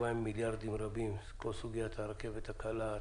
בהם מיליארדים רבים בכל סוגיית הרכבת הקלה,